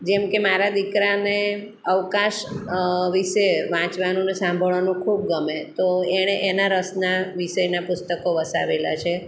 જેમ કે મારા દીકરાને અવકાશ વિશે વાંચવાનું ને સાંભળવાનું ખૂબ ગમે તો એણે એના રસના વિષયના પુસ્તકો વસાવેલા છે